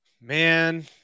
Man